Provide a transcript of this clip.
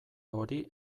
hori